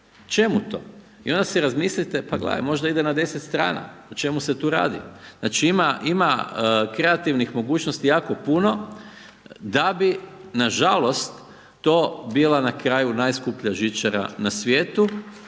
Čemu to? I onda se razmilite pa gledajte, možda ide na 10 strana, o čemu se tu radi. Znači ima kreativnih mogućnosti jako puno, da bi nažalost, to bila na kraju najskuplja žičara na svijetu